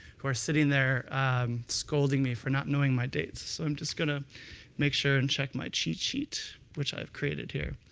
who are sitting there scolding me for not knowing my dates, so i'm just going to make sure and check my cheat sheet, which i've created here.